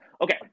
okay